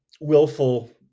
willful